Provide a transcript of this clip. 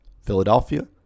Philadelphia